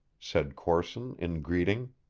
said corson in greeting.